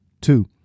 Two